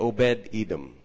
Obed-Edom